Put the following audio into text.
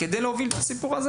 כדי להוביל את הסיפור הזה